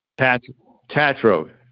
Tatro